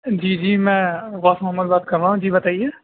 جی جی میں غاف محمد بات کر رہا ہوں جی بتائیے